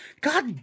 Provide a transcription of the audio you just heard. god